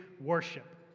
worship